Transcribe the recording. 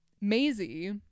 Maisie